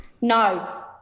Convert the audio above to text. no